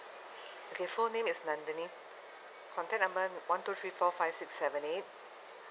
okay full name is nandenee contact number one two three four five six seven eight